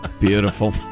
Beautiful